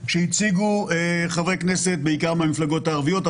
שהציגו חברי כנסת בעיקר מהמפלגות הערביות,